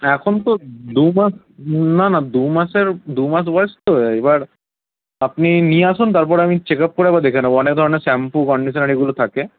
এখন তো দু মাস দু না না দু মাসের দু মাস বয়েস তো এবার আপনি নিয়ে আসুন তারপরে আমি চেক আপ করে একবার দেখে অনেক ধরনের শ্যাম্পু কন্ডিশানার এগুলো থাকে